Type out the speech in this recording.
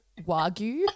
Wagyu